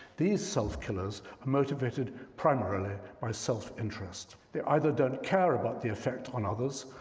these self killers are motivated primarily by self interest. they either don't care about the effect on others,